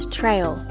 trail